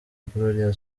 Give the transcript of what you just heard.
gloria